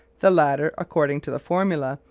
the latter, according to the formula,